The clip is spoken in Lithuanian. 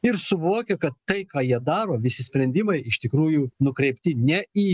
ir suvokia kad tai ką jie daro visi sprendimai iš tikrųjų nukreipti ne į